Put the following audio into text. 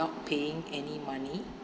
paying any money